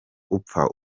upfa